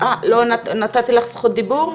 נתתי לך זכות דיבור?